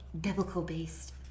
biblical-based